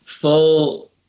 full